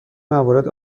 موارد